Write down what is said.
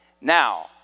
Now